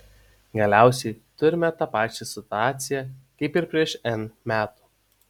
galiausiai turime tą pačią situaciją kaip ir prieš n metų